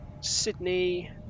Sydney